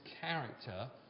character